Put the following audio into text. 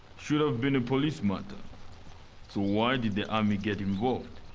should have been a police matter, so why did the army get involved.